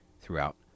throughout